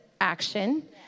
action